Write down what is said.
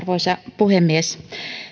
arvoisa puhemies